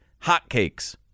hotcakes